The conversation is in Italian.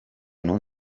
non